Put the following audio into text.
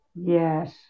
Yes